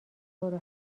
برو